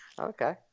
okay